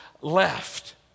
left